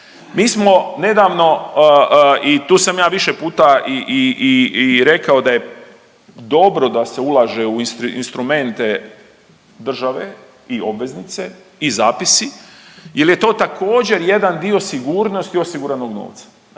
Mi smo nedavno i tu sam ja više puta i, i, i, i rekao da je dobro da se ulaže u instrumente države i obveznice i zapisi jel je to također jedan dio sigurnosti osiguranog novca,